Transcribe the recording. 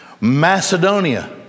Macedonia